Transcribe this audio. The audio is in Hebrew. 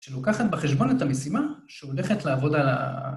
שלוקחת בחשבון את המשימה שהולכת לעבוד על ה...